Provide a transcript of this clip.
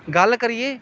गल्ल करियै